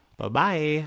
Bye-bye